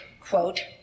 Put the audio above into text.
quote